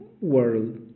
world